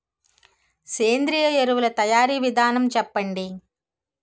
సేంద్రీయ ఎరువుల తయారీ విధానం చెప్పండి?